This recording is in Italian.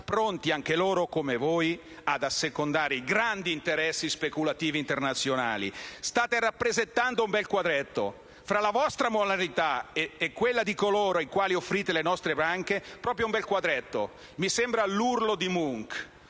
pronti, anche loro come voi, ad assecondare i grandi interessi speculativi internazionali. State rappresentando un bel quadretto. Tra la vostra moralità e quella di coloro ai quali offrite le nostre banche fate proprio un bel quadretto. Mi sembra «L'urlo» di Munch.